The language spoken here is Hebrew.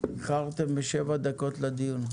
אחרתם בשבע דקות לדיון,